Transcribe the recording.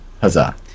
Huzzah